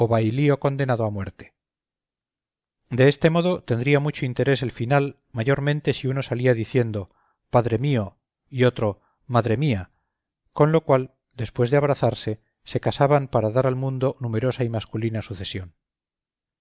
cáucaso o bailío condenado a muerte de este modo tendría mucho interés el final mayormente si uno salía diciendo padre mío y otro madre mía con lo cual después de abrazarse se casaban para dar al mundo numerosa y masculina sucesión